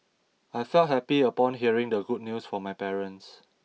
I felt happy upon hearing the good news from my parents